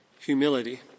humility